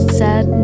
sad